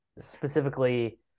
specifically